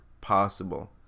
possible